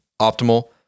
optimal